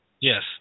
yes